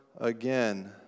again